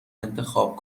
انتخاب